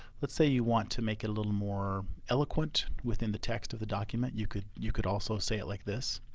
let's say you want to make a little more eloquent. within the text of the document, you could, you could also say it like this.